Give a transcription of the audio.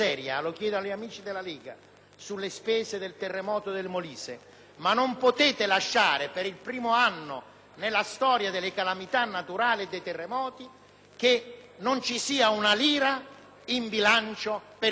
sulle spese del terremoto del Molise, ma non potete lasciare per il primo anno nella storia delle calamità naturali e dei terremoti che non vi sia un euro in bilancio per continuare la ricostruzione.